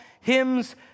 hymns